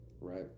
Right